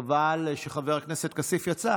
חבל שחבר הכנסת כסיף יצא.